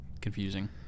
confusing